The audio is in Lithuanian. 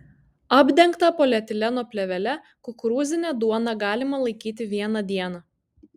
apdengtą polietileno plėvele kukurūzinę duoną galima laikyti vieną dieną